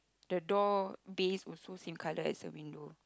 the door base also same colour as the window